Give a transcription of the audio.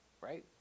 right